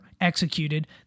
executed